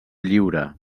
lliure